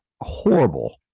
horrible